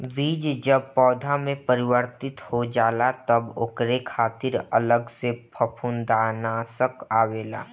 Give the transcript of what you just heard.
बीज जब पौधा में परिवर्तित हो जाला तब ओकरे खातिर अलग से फंफूदनाशक आवेला